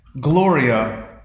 Gloria